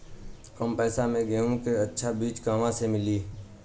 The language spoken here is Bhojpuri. कम पैसा में गेहूं के अच्छा बिज कहवा से ली?